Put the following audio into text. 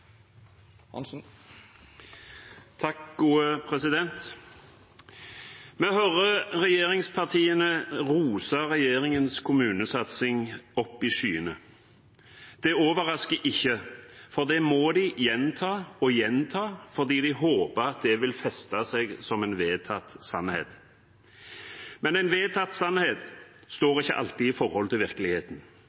Vi hører regjeringspartiene rose regjeringens kommunesatsing opp i skyene. Det overrasker ikke, for det må de gjenta og gjenta, fordi de håper at det vil feste seg som en vedtatt sannhet. Men en vedtatt sannhet står ikke alltid i forhold til virkeligheten,